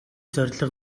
зорилго